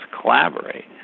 collaborate